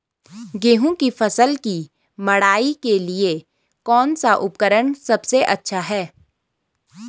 गेहूँ की फसल की मड़ाई के लिए कौन सा उपकरण सबसे अच्छा है?